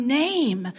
name